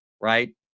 right